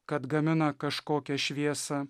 kad gamina kažkokią šviesą